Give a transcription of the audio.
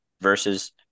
versus